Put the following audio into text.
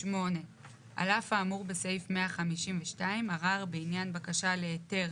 (8)על אף האמור בסעיף 152, ערר בעניין בקשה להיתר